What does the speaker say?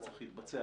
הוא צריך להתבצע.